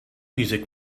music